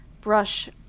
brush